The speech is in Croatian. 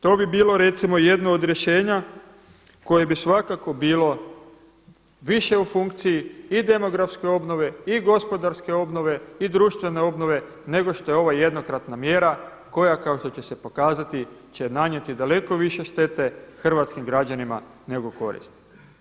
To bi bilo recimo jedno od rješenja koje bi svakako bilo više u funkciji i demografske obnove i gospodarske obnove i društvene obnove nego što je ova jednokratna mjera koja kao što će se pokazati će nanijeti daleko više štete hrvatskim građanima nego koristi.